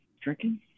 drinking